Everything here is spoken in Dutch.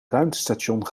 ruimtestation